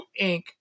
Inc